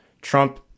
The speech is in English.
Trump